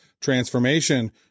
transformation